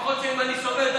שלפחות אם אני סובל,